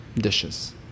dishes